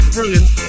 brilliant